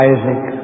Isaac